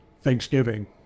Thanksgiving